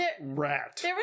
rat